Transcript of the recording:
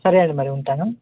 సరే అండి మరి ఉంటాను